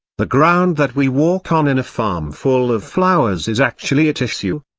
the ground that we walk on in a farm full of flowers is actually a tissue.